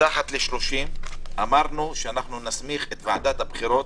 מתחת ל-30 אמרנו שנסמיך את ועדת הבחירות,